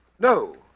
No